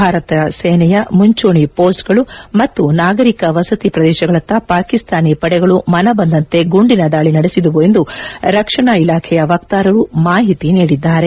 ಭಾರತೀಯ ಸೇನೆಯ ಮುಂಚೂಣಿ ಹೋಸ್ತೆಗಳು ಮತ್ತು ನಾಗರೀಕ ವಸತಿ ಪ್ರದೇಶಗಳತ್ತ ಪಾಕಿಸ್ತಾನಿ ಪಡೆಗಳು ಮನಬಂದಂತೆ ಗುಂಡಿನ ದಾಳಿ ನಡೆಸಿದವು ಎಂದು ರಕ್ಷಣಾ ಇಲಾಖೆಯ ವಕ್ತಾರರು ಮಾಹಿತಿ ನೀಡಿದ್ದಾರೆ